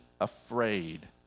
afraid